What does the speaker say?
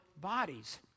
bodies